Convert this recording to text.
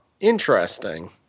interesting